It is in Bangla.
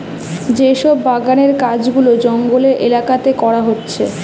যে সব বাগানের কাজ গুলা জঙ্গলের এলাকাতে করা হচ্ছে